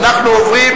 אנחנו עוברים